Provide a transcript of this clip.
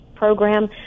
program